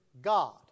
God